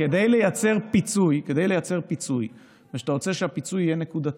לייצר פיצוי, וכשאתה רוצה שהפיצוי יהיה נקודתי,